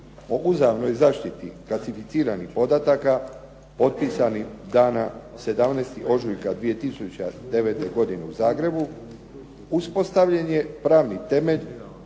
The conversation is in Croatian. o uzajamnoj zaštiti klasificiranih podataka potpisani dana 17. ožujka 2009. godine u Zagrebu uspostavljen je pravni temelj